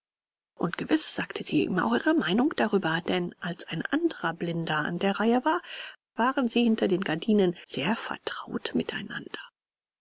und gewiß sagte sie ihm auch ihre meinung darüber denn als ein anderer blinder an der reihe war waren sie hinter den gardinen sehr vertraut miteinander